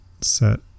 set